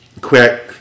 quick